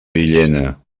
villena